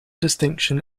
distinction